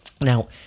Now